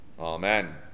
Amen